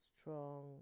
strong